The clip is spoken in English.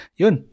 yun